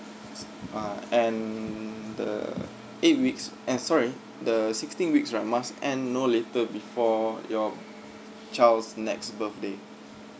uh and the eight weeks eh sorry the sixteen weeks right must end no later before for your child's next birthday